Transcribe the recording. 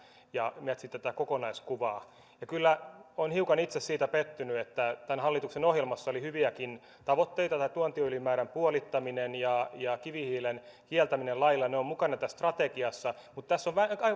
ja etsiä tätä kokonaiskuvaa ja kyllä olen itse hiukan pettynyt siihen että vaikka tämän hallituksen ohjelmassa oli hyviäkin tavoitteita tämä tuontiylimäärän puolittaminen ja ja kivihiilen kieltäminen lailla ovat mukana tässä strategiassa tässä on